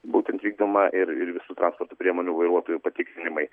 būtent vykdoma ir ir visų transporto priemonių vairuotojų patikrinimai